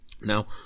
Now